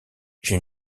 j’ai